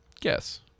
Guess